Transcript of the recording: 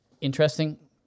interesting